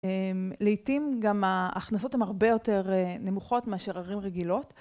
לעתים גם ההכנסות הם הרבה יותר נמוכות מאשר ערים רגילות.